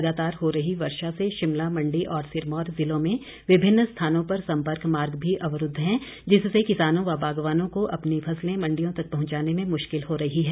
लगातार हो रही वर्षा से शिमला मंडी और सिरमौर जिलों में विभिन्न स्थानों पर सम्पर्क मार्ग भी अवरूद्व हैं जिससे किसानों व बागवानों को अपनी फसलें मंडियों तक पहंचाने में मुश्किल हो रही है